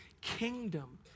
kingdom